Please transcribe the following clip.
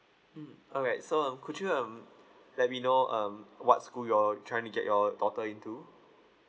mm alright so uh could you um let me know um what school you're trying to get your daughter into